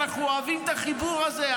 אנחנו אוהבים את החיבור הזה,